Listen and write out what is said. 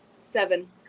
Seven